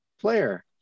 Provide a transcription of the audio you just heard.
player